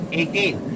eighteen